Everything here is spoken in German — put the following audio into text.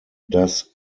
das